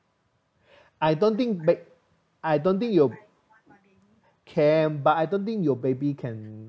I don't think ba~ I don't think your can but I don't think your baby can